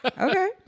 Okay